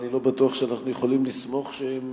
אני לא בטוח שאנחנו יכולים לסמוך שהם